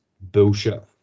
bullshit